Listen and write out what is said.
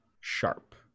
Sharp